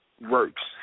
works